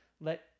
let